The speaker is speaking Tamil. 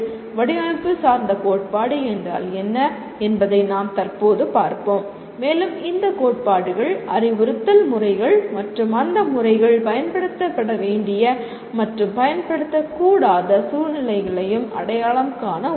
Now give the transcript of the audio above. வடிவமைப்பு சார்ந்த கோட்பாடு என்றால் என்ன என்பதை நாம் தற்போது பார்ப்போம் மேலும் இந்த கோட்பாடுகள் அறிவுறுத்தல் முறைகள் மற்றும் அந்த முறைகள் பயன்படுத்தப்பட வேண்டிய மற்றும் பயன்படுத்தக் கூடாத சூழ்நிலைகளையும் அடையாளம் காண உதவும்